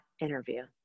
interview